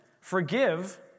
Forgive